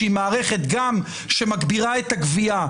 שהיא מערכת שגם מגבירה את הגבייה,